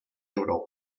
europa